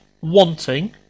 wanting